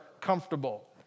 comfortable